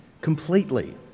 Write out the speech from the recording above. completely